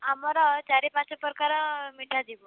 ଆମର ଚାରି ପାଞ୍ଚ ପ୍ରକାର ମିଠା ଯିବ